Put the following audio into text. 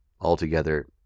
Altogether